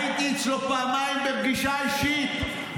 הייתי אצלו פעמיים בפגישה אישית,